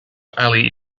alley